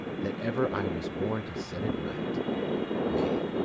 that ever i was born to set it right nay,